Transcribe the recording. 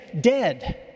dead